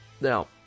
now